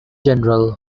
general